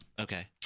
Okay